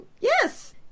yes